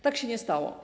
Tak się nie stało.